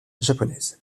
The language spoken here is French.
japonaise